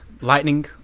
lightning